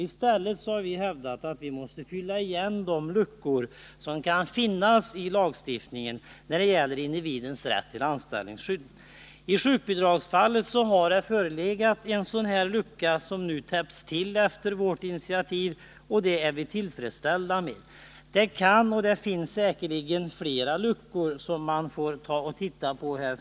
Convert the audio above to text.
I stället har vi hävdat att vi måste fylla igen de luckor som kan finnas i lagen när det gäller individens rätt till anställningsskydd. I fråga om sjukbidrag har det funnits en sådan lucka som nu, på vårt Nr 51 initiativ, täpps till. Det är tillfredsställande. Det finns säkerligen flera luckor Torsdagen den som man har anledning att se på framdeles.